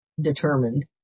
determined